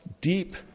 deep